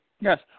Yes